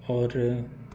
और